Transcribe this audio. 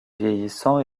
vieillissant